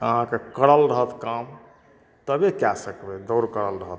अहाँके करल रहत काम तबे कए सकबै दौड़ करल रहत तऽ